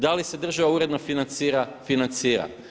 Da li se država uredno financira?